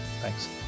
Thanks